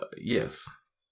yes